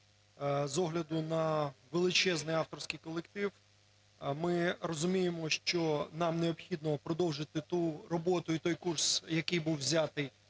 з огляду на величезний авторський колектив. Ми розуміємо, що нам необхідно продовжити ту роботу і той курс, який був взятий